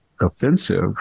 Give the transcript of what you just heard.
offensive